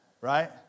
right